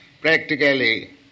Practically